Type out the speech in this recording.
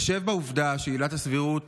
בהתחשב בעובדה שעילת הסבירות